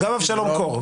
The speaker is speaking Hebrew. גם אבשלום קור.